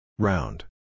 Round